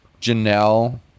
Janelle